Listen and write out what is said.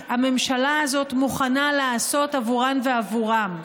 הממשלה הזאת מוכנה לעשות עבורן ועבורם,